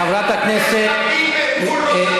הממשלה.